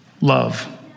love